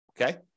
Okay